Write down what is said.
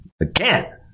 Again